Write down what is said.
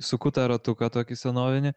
suku tą ratuką tokį senovinį